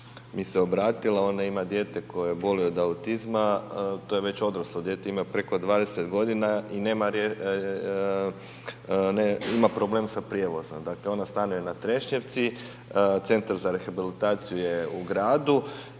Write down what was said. mi se obratila, ona ima dijete koje boluje od autizma, to je već odraslo dijete, ima preko 20.g. i ima problem sa prijevozom. Dakle, ona stanuje na Trešnjevci, Centar za rehabilitaciju je u gradu